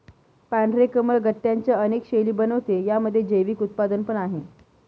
पांढरे कमळ गट्ट्यांच्या अनेक शैली बनवते, यामध्ये जैविक उत्पादन पण आहे